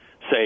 say